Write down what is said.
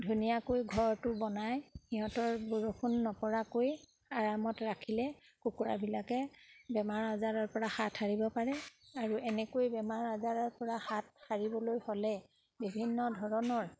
ধুনীয়াকৈ ঘৰটো বনাই সিহঁতৰ বৰষুণ নপৰাকৈ আৰামত ৰাখিলে কুকুৰাবিলাকে বেমাৰ আজাৰৰপৰা হাত সাৰিব পাৰে আৰু এনেকৈ বেমাৰ আজাৰৰপৰা হাত সাৰিবলৈ হ'লে বিভিন্ন ধৰণৰ